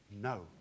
no